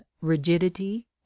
rigidity